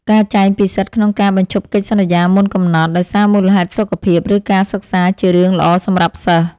ការចែងពីសិទ្ធិក្នុងការបញ្ឈប់កិច្ចសន្យាមុនកំណត់ដោយសារមូលហេតុសុខភាព ឬការសិក្សាជារឿងល្អសម្រាប់សិស្ស។